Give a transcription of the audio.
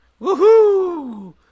Woohoo